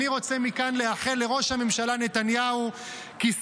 אני רוצה מכאן לאחל לראש הממשלה נתניהו "כי